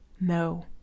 No